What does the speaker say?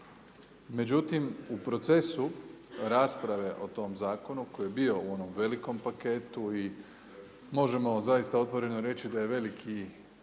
Međutim, u procesu rasprave u tom zakonu koji je bio u onom velikom paketu, možemo zaista otvoreno reći da je veliki dio